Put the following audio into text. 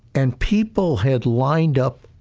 and people had lined up